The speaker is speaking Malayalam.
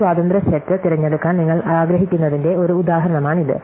ഒരു സ്വാതന്ത്ര്യ സെറ്റ് തിരഞ്ഞെടുക്കാൻ നിങ്ങൾ ആഗ്രഹിക്കുന്നതിന്റെ ഒരു ഉദാഹരണമാണിത്